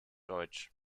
deutsch